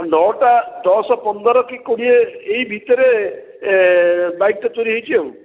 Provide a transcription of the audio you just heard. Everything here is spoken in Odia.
ନଅଟା ଦଶ ପନ୍ଦର କି କୋଡ଼ିଏ ଏଇ ଭିତରେ ବାଇକ୍ ଟା ଚୋରି ହେଇଛି ଆଉ